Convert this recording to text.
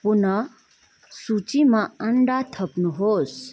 पुनः सूचीमा अन्डा थप्नुहोस्